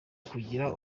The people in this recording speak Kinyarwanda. ukugira